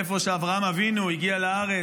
איפה שאברהם אבינו הגיע לארץ,